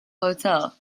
hotel